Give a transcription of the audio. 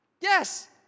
Yes